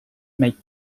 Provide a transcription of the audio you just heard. made